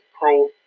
pro-